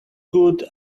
good